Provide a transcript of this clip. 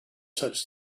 such